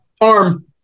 Arm